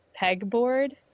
pegboard